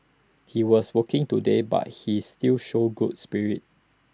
he was working today but he still showed good spirit